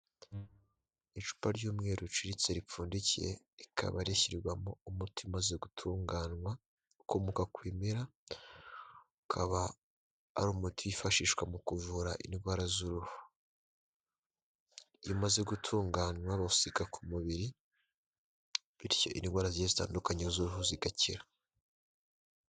Icupa ry'umweru ricuritse ripfundikiye rikaba rishyirwamo umuti umaze gutunganywa, ukomoka ku bimera, ukaba ari umutifashishwa mu kuvura indwara z'uruhu, iyo umaze gutunganywa bawusiga ku mubiri bityo indwara zitandukanye z'uruhu zigakira.